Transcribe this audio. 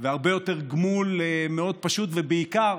והרבה יותר גמול מאוד פשוט, ובעיקר